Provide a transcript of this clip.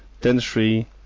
dentistry